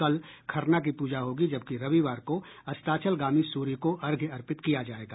कल खरना की पूजा होगी जबकि रविवार को अस्ताचलगामी सूर्य को अर्घ्य अर्पित किया जायेगा